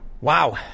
wow